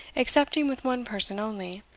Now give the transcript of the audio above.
excepting with one person only.